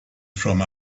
from